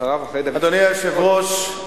אדוני היושב-ראש,